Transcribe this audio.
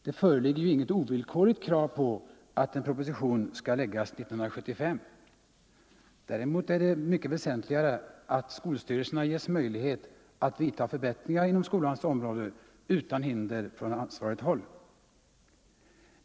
Det föreligger ju inget ovillkorligt krav på att en proposition skall läggas redan 1975. Däremot är det mycket väsentligare att skolstyrelserna ges möjlighet att vidta förbättringar inom skolans område utan hinder från ansvarigt håll.